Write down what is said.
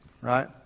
Right